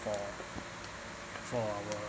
for for our